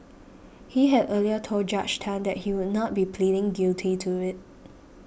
he had earlier told Judge Tan that he would not be pleading guilty to it